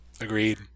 agreed